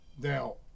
Now